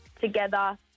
together